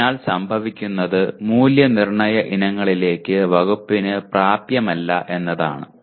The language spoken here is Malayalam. അതിനാൽ സംഭവിക്കുന്നത് മൂല്യനിർണ്ണയ ഇനങ്ങളിലേക്ക് വകുപ്പിന് പ്രാപ്യമല്ല എന്നതാണ്